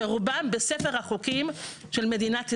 שרובם בספר החוקים של מדינת ישראל,